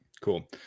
cool